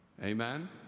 Amen